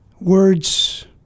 Words